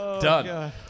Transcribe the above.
Done